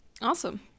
Awesome